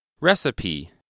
Recipe